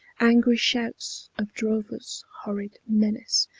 angry shouts of drovers, horrid menace,